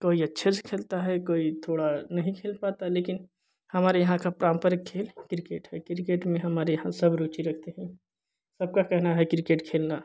कोई अच्छे से खेलता है कोई थोड़ा नहीं खेल पाता लेकिन हमारे यहाँ का पारम्परिक खेल क्रिकेट है क्रिकेट में हमारे यहाँ सब रूचि रखते हैं सबका कहना है क्रिकेट खेलना